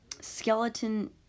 Skeleton